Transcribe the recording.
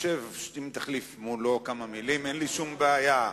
שב מולו, אין לי בעיה.